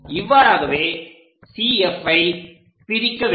இவ்வாறாகவே CF ஐ பிரிக்க வேண்டும்